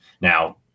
Now